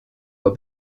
were